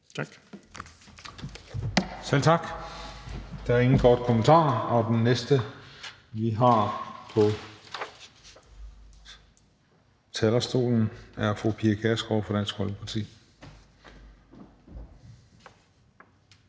Selv tak. Der er ingen korte bemærkninger. Den næste, vi får på talerstolen, er fru Pia Kjærsgaard fra Dansk Folkeparti.